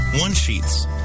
one-sheets